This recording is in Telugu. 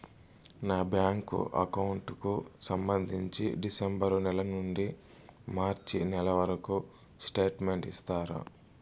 నా బ్యాంకు అకౌంట్ కు సంబంధించి డిసెంబరు నెల నుండి మార్చి నెలవరకు స్టేట్మెంట్ ఇస్తారా?